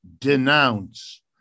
denounce